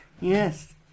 Yes